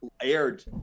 aired